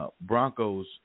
Broncos